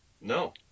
No